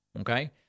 okay